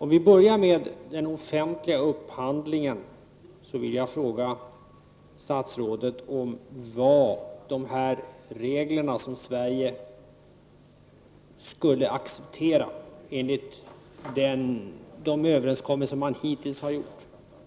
När det gäller den offentliga upphandlingen vill jag fråga statsrådet om vad dessa regler som Sverige skulle acceptera enligt de överenskommelser man hittills